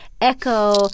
echo